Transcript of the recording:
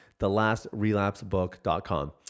thelastrelapsebook.com